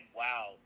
wow